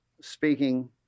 speaking